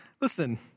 Listen